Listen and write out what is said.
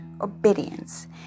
obedience